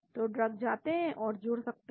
तो ड्रग्स जाते हैं और जुड़ सकते हैं